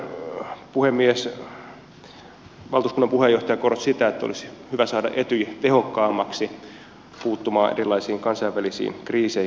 valtuuskunnan puheenjohtaja korosti sitä että olisi hyvä saada etyj tehokkaammaksi puuttumaan erilaisiin kansainvälisiin kriiseihin